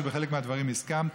ולחלק מהדברים הסכמתי.